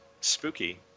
spooky